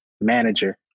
manager